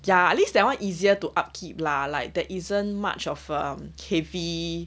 ya at least that one easier to upkeep lah like there isn't much of a heavy